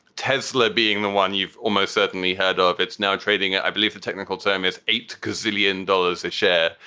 tesla being the one you've almost certainly heard ah of. it's now trading at, i believe the technical term is eight gazillion dollars a share,